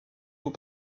aux